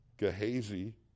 Gehazi